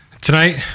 Tonight